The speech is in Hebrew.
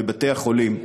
בבתי-החולים,